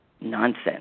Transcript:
nonsense